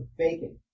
bacon